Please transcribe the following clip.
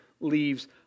leaves